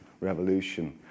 revolution